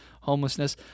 homelessness